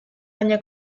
baina